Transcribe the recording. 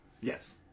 Yes